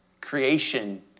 Creation